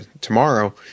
tomorrow